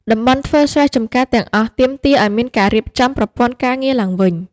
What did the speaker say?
តំបន់ធ្វើស្រែចម្ការទាំងអស់ទាមទារឱ្យមានការរៀបចំប្រព័ន្ធការងារឡើងវិញ។